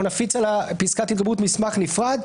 אנחנו נפיץ על פסקת ההתגברות מסמך נפרד.